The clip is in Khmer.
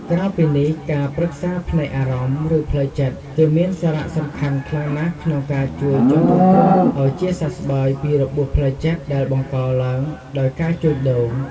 ក្រៅពីនេះ ការប្រឹក្សាផ្នែកអារម្មណ៍ ឬផ្លូវចិត្ត គឺមានសារៈសំខាន់ខ្លាំងណាស់ក្នុងការជួយជនរងគ្រោះឲ្យជាសះស្បើយពីរបួសផ្លូវចិត្តដែលបង្កឡើងដោយការជួញដូរ។